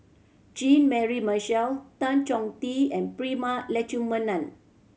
Jean Mary Marshall Tan Chong Tee and Prema Letchumanan